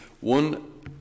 one